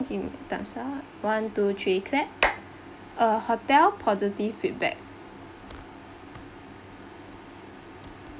him time's up one two three clap uh hotel positive feedback